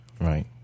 Right